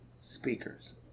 speakers